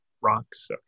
rocks